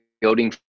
building